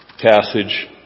passage